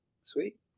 Sweet